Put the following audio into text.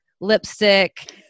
lipstick